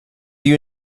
you